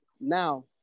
now